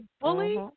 bully